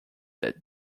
that